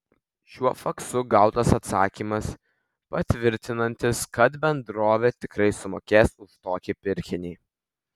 šiuo faksu gautas atsakymas patvirtinantis kad bendrovė tikrai sumokės už tokį pirkinį